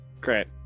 Great